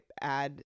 add